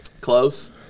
Close